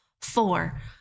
Four